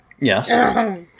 Yes